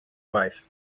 wife